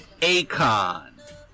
Akon